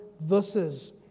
verses